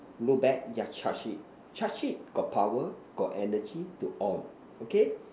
low batt yeah charge it charge it got power got energy to on okay